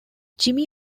jimmy